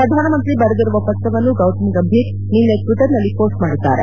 ಪ್ರಧಾನಮಂತ್ರಿ ಬರೆದಿರುವ ಪತ್ರವನ್ನು ಗೌತಮ್ ಗಂಭೀರ್ ನಿನ್ನೆ ಟ್ಟಟರ್ನಲ್ಲಿ ಮೋಸ್ಟ್ ಮಾಡಿದ್ದಾರೆ